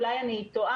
אולי אני טועה